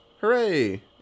Hooray